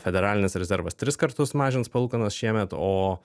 federalinis rezervas tris kartus mažins palūkanas šiemet o